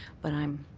but i'm